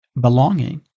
belonging